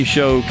Show